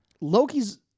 Loki's